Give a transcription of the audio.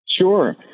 Sure